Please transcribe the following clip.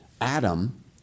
Adam